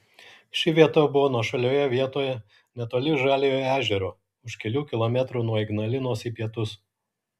ši vieta buvo nuošalioje vietoje netoli žaliojo ežero už kelių kilometrų nuo ignalinos į pietus